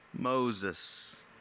Moses